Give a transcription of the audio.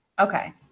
okay